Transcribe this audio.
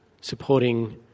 supporting